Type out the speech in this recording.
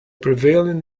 prevailing